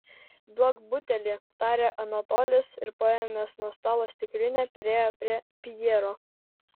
duok butelį tarė anatolis ir paėmęs nuo stalo stiklinę priėjo prie pjero